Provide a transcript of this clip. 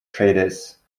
traders